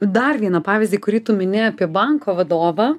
dar vieną pavyzdį kurį tu mini apie banko vadovą